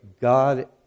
god